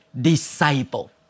disciple